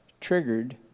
triggered